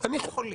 יכולים.